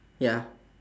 ya